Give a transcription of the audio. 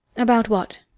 about what?